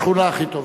בשכונה הכי טובה.